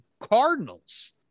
Cardinals